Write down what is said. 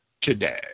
today